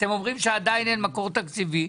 אתם אומרים שעדיין אין מקור תקציבי,